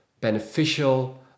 beneficial